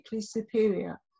superior